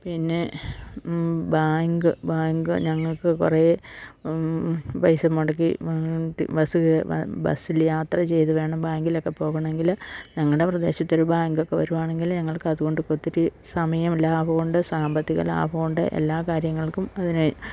പിന്നെ bank bank ഞങ്ങൾക്ക് കുറെ പൈസ മുടക്കി ബസ്സ് ബസ്സില് യാത്ര ചെയ്ത് വേണം ബാങ്കിലൊക്കെ പോകണമെങ്കില് ഞങ്ങളുടെ പ്രദേശത്തൊരു ബാങ്കൊക്കെ വരുവാണെങ്കില് ഞങ്ങൾക്ക് അതുകൊണ്ട് ഒത്തിരി സമയം ലാഭമുണ്ട് സാമ്പത്തിക ലാഭമുണ്ട് എല്ലാ കാര്യങ്ങൾക്കും അതിന്